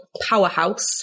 powerhouse